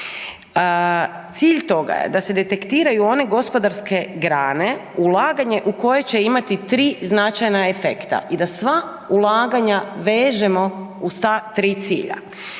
Cilj toga je da se detektiraju one gospodarske grane ulaganje u koje će imati 3 značajna efekta i da sva ulaganja vežemo uz ta 3 cilja.